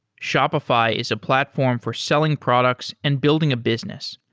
shopify is a platform for selling products and building a business.